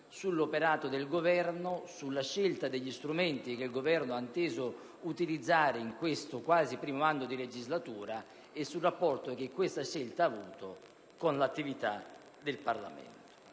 sull'operato dell'Esecutivo, sulla scelta degli strumenti che il Governo ha inteso utilizzare in questo scorcio del primo anno di legislatura e sul rapporto che tale scelta ha avuto con l'attività del Parlamento.